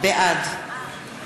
בעד